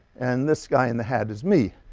and this guy in the hat is me.